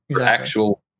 actual